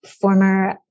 former